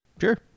Sure